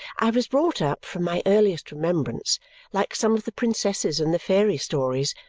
i was brought up, from my earliest remembrance like some of the princesses in the fairy stories,